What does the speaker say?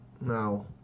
Now